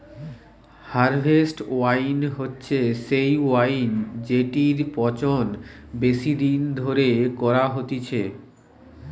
harvest wine হচ্ছে সেই wine জেটির পচন বেশি দিন ধরে করা হতিছে